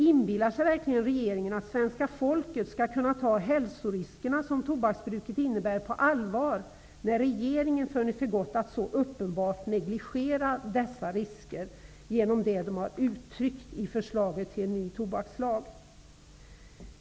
Inbillar sig verkligen regeringen att svenska folket skall kunna ta de hälsorisker som tobaksbruket innebär på allvar, när regeringen funnit för gott att så uppenbart negligera dessa risker genom det som den har uttryckt i förslaget till ny tobakslag?